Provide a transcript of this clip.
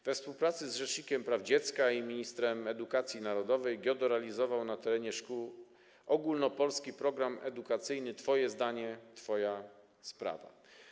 We współpracy z rzecznikiem praw dziecka i ministrem edukacji narodowej GIODO realizował na terenie szkół ogólnopolski program edukacyjny „Twoje zdanie, twoja sprawa”